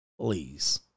please